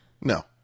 No